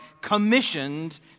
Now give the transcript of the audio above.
commissioned